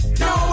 no